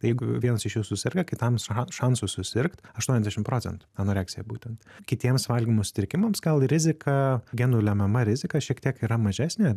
jeigu vienas iš jūsų suserga kitam ša šansų susirgt aštuoniasdešim procentų anoreksija būtent kitiems valgymo sutrikimams gal rizika genų lemiama rizika šiek tiek yra mažesnė